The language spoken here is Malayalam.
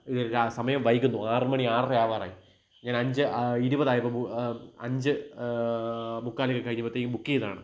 ഇത് രാ സമയം വൈകുന്നു ആറുമണി ആറരയാവാറായി ഞാനഞ്ച് ഇരുപതായപ്പോള് ബു അഞ്ച് മുക്കാലൊക്കെ കഴിഞ്ഞപ്പോഴത്തേക്കും ബുക്കെയ്തതാണ്